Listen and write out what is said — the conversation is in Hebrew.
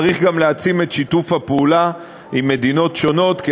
צריך גם להעצים את שיתוף הפעולה עם מדינות שונות,